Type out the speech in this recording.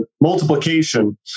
multiplication